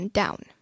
down